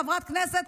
חברת כנסת,